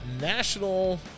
National